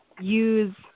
use